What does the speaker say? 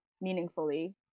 meaningfully